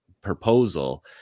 proposal